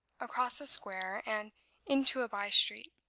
across a square, and into a by-street,